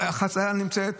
שהחציה נמצאת,